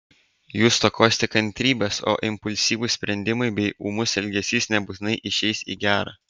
jūs stokosite kantrybės o impulsyvūs sprendimai bei ūmus elgesys nebūtinai išeis į gera